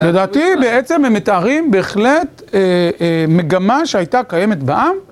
לדעתי בעצם הם מתארים בהחלט מגמה שהייתה קיימת בעם.